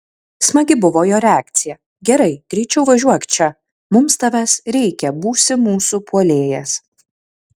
smagi buvo jo reakcija gerai greičiau važiuok čia mums tavęs reikia būsi mūsų puolėjas